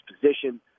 position